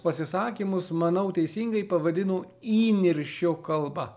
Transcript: pasisakymus manau teisingai pavadino įniršio kalba